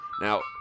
Now